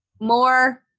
more